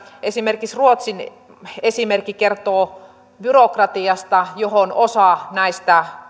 esimerkiksi ruotsin esimerkki kertoo byrokratiasta johon osa näistä